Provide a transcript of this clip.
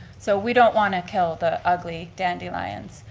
so we don't want to kill the ugly dandelions.